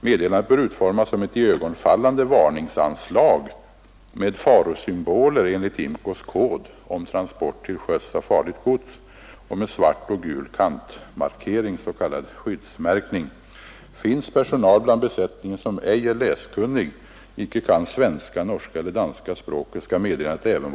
Meddelandet bör utformas som ett iögonen